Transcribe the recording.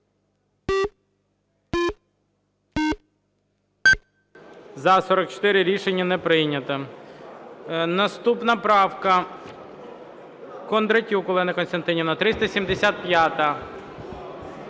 За-44 Рішення не прийнято. Наступна правка, Кондратюк Олена Костянтинівна, 375.